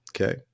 okay